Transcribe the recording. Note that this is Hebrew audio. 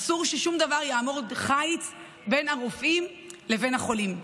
אסור ששום דבר יעמוד חיץ בין הרופאים לבין החולים.